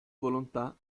volontà